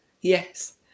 yes